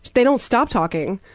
they don't stop talking,